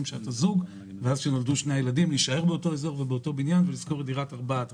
כשאתה זוג וכשנולדים לך שני ילדים לשכור דירת ארבעה חדרים.